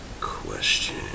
question